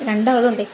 രണ്ടാളും ഉണ്ട്